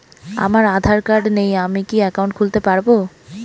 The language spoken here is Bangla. আমার আধার কার্ড নেই আমি কি একাউন্ট খুলতে পারব?